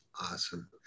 Awesome